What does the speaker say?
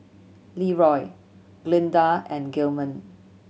Leeroy Glynda and Gilman